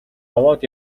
аваад